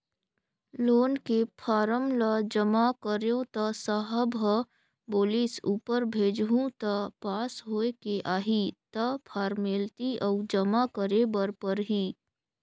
loan के फारम ल जमा करेंव त साहब ह बोलिस ऊपर भेजहूँ त पास होयके आही त फारमेलटी अउ जमा करे बर परही